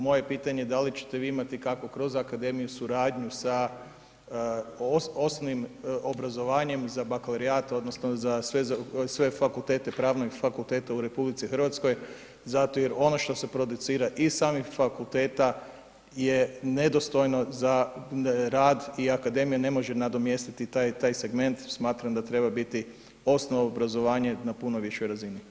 Moje pitanje je da li ćete vi imati kakvu kroz akademiju suradnju sa osnovnim obrazovanjem za bakalaureat odnosno za sve fakultete pravne fakultete u RH, zato jer ono što se producira iz samih fakulteta je nedostojno za rad i akademija ne može nadomjestiti taj segment, smatram da treba biti osnovno obrazovanje na puno višoj razini.